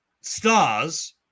stars